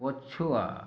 ପଛୁଆ